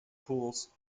pools